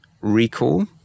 recall